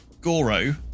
Goro